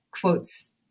quotes